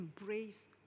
embrace